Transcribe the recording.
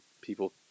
people